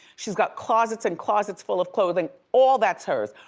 she's got closets and closets full of clothing, all that's hers.